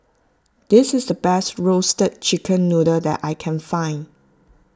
this is the best Roasted Chicken Noodle that I can find